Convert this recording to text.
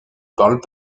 parlent